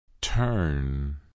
turn